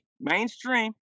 mainstream